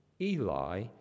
Eli